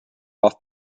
off